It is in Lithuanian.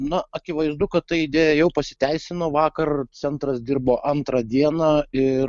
na akivaizdu kad ta idėja jau pasiteisino vakar centras dirbo antrą dieną ir